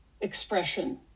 expression